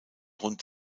rund